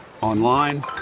online